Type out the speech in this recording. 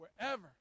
wherever